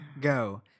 go